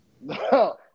no